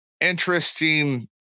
interesting